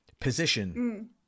position